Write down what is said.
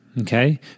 Okay